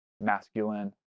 masculine